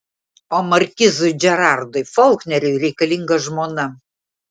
o markizui džerardui folkneriui reikalinga žmona